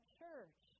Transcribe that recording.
church